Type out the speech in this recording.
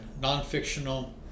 non-fictional